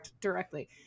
directly